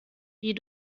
wie